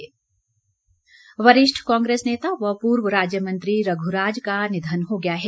निधन वरिष्ठ कांग्रेस नेता व पूर्व राज्य मंत्री रघुराज का निधन हो गया है